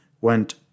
went